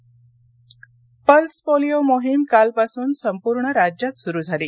pulse polio pulse polio मोहीम कालपासून संपूर्ण राज्यात सुरू झाली